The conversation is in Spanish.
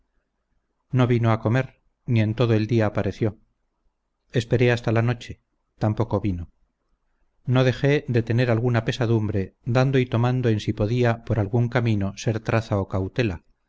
no vino a comer ni en todo el día pareció esperé hasta la noche tampoco vino no dejé de tener alguna pesadumbre dando y tomando en si podía por algún camino ser traza o cautela